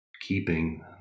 keeping